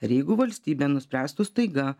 ir jeigu valstybė nuspręstų staiga